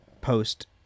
post